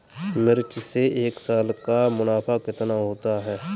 मिर्च से एक साल का मुनाफा कितना होता है?